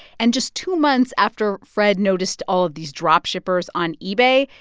and just two months after fred noticed all of these drop-shippers on ebay,